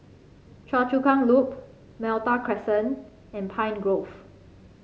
Choa Chu Kang Loop Malta Crescent and Pine Grove